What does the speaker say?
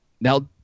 Now